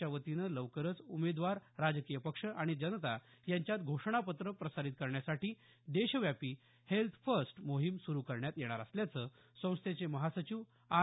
च्या वतीनं लवकरच उमेदवार राजकीय पक्ष आणि जनता यांच्यात घोषणापत्र प्रसारित करण्यासाठी देशव्यापी हेल्थ फर्स्ट मोहिम सुरू करण्यात येणार असल्याचं संस्थेचे महासचिव आर